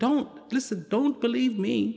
don't listen don't believe me